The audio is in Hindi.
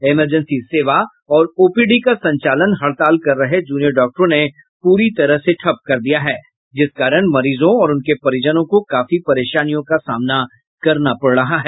इमरजेंसी सेवा और ओपीडी का संचालन हड़ताल कर रहे जूनियर डॉक्टरों ने पूरी तरह से ठप कर दिया है जिस कारण मरीजों और उनके परिजनों को काफी परेशानियों का सामना करना पड़ रहा है